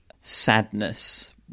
sadness